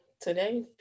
today